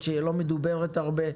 שלא מדוברת הרבה,